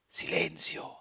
silenzio